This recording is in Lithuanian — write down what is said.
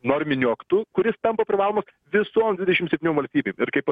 norminiu aktu kuris tampa privalomas visom dvidešim septyniom valstybėm ir kaip